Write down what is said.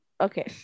Okay